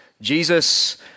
Jesus